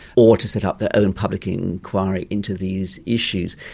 or to set up their own public inquiry into these issues.